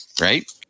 Right